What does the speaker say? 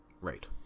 right